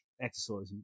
exercising